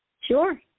Sure